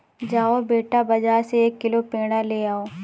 जाओ बेटा, बाजार से एक किलो पेड़ा ले आओ